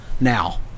now